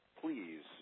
please